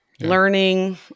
learning